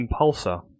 Impulsor